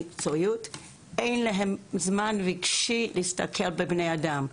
אבל אין להם זמן רגשי להסתכל על בני אדם,